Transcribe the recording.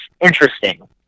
interesting